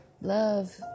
love